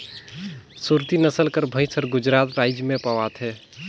सुरती नसल कर भंइस हर गुजरात राएज में पवाथे